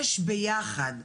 יש ביחד.